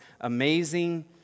amazing